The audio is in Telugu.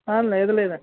లేదు లేదండి